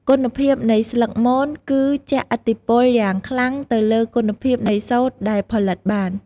គុណភាពនៃស្លឹកមនគឺជះឥទ្ធិពលយ៉ាងខ្លាំងទៅលើគុណភាពនៃសូត្រដែលផលិតបាន។